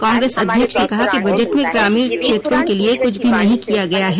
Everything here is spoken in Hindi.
कांग्रेस अध्यक्ष ने कहा कि बजट में ग्रामीण क्षेत्रों के लिए कुछ भी नहीं किया गया है